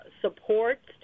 supports